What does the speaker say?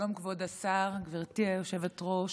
כבוד השר, גברתי היושבת-ראש,